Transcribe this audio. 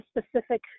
specific